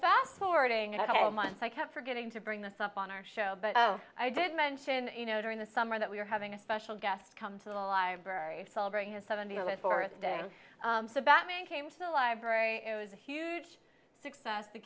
fast forwarding and all month i kept forgetting to bring this up on our show but i did mention you know during the summer that we were having a special guest come to the library celebrating his seventy fourth day the batman came to the library it was a huge success the